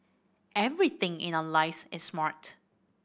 everything in our lives is smart